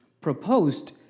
proposed